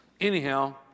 Anyhow